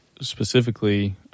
specifically